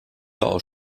aus